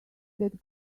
that